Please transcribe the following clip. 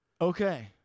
Okay